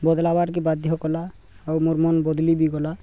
ବଦଲାବାର୍କେ ବାଧ୍ୟ କଲା ଆଉ ମୋର ମନ୍ ବଦଲି ବି ଗଲା